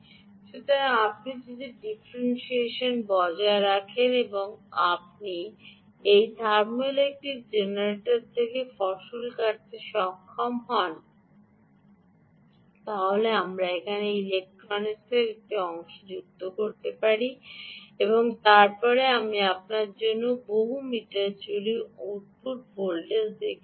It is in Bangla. সুতরাং আপনি যদি ডিফারেনশিয়াল বজায় রাখেন তবে আপনি এই থার্মোইলেক্ট্রিক জেনারেটর থেকে ফসল কাটাতে সক্ষম হবেন যার সাথে আমি এখানে ইলেক্ট্রনিক্সের একটি অংশ সংযুক্ত করেছি এবং তারপরে আমি আপনাকে বহু মিটার জুড়ে আউটপুট ভোল্টেজ দেখিয়েছি